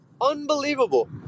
Unbelievable